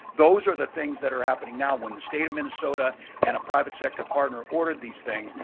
those are the things that are happening now, when the state of minnesota and a private sector partner ordered these things,